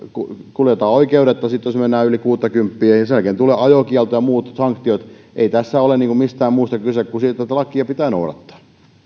kuljetaan oikeudetta sitten jos mennään yli kuuttakymppiä ja sen jälkeen tulee ajokielto ja muut sanktiot ei tässä ole mistään muusta kyse kuin siitä että lakia pitää noudattaa